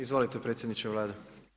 Izvolite predsjedniče Vlade.